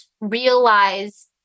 realize